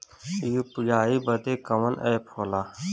UPI बदे कवन app होला?